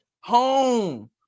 Home